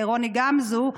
רוני גמזו,